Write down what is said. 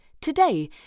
today